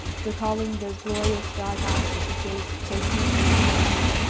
recalling those glorious dark eyes which had gazed so deeply into her own,